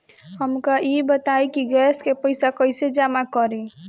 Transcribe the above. हमका ई बताई कि गैस के पइसा कईसे जमा करी?